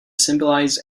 symbolize